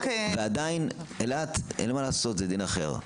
ועדיין אילת אין מה לעשות זה דין אחר.